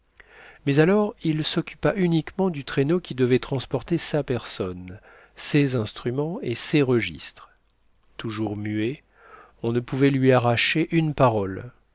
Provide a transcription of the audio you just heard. mais alors il s'occupa uniquement du traîneau qui devait transporter sa personne ses instruments et ses registres toujours muet on ne pouvait lui arracher une parole